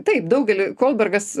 taip daugeliui kolbergas